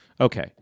Okay